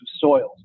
soils